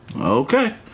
Okay